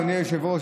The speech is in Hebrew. אדוני היושב-ראש,